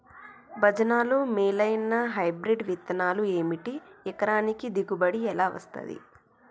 భజనలు మేలైనా హైబ్రిడ్ విత్తనాలు ఏమిటి? ఎకరానికి దిగుబడి ఎలా వస్తది?